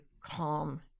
calm